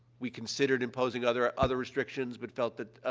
we considered imposing other ah other restrictions but felt that,